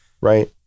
right